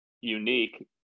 unique